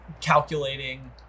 calculating